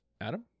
Adam